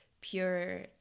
pure